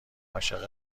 عاشق